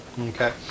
Okay